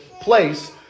place